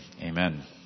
amen